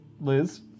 Liz